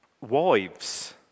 Wives